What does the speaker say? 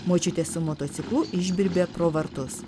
močiutė su motociklu išbirbė pro vartus